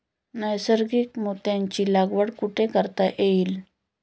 नैसर्गिक मोत्यांची लागवड कुठे करता येईल?